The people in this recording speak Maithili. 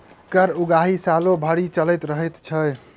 कर उगाही सालो भरि चलैत रहैत छै